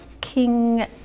King